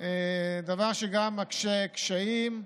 דבר שגם מעלה קשיים.